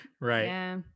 right